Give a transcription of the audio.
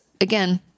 again